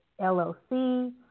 LLC